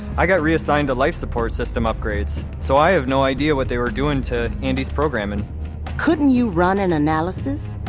i got reassigned to life support system upgrades, so i have no idea what they were doing to andi's programming couldn't you run an analysis?